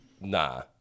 Nah